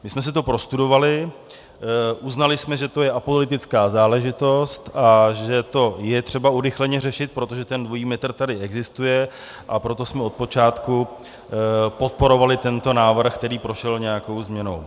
My jsme si to prostudovali, uznali jsme, že to je apolitická záležitost a že to je třeba urychleně řešit, protože ten dvojí metr tady existuje, a proto jsme od počátku podporovali tento návrh, který prošel nějakou změnou.